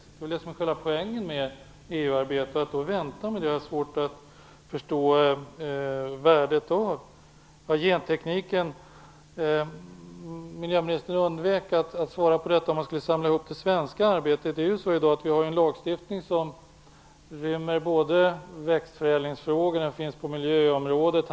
Det är väl det som är själva poängen med EU-arbetet. Jag har då svårt att förstå värdet av att vänta med den här frågan. Miljöministern undvek att svara på om man skulle samla ihop det svenska arbetet kring gentekniken. Lagstiftningen om genteknik rymmer i dag växtförädlingsfrågor, och lagstiftning finns också på miljöområdet.